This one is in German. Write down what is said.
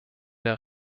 der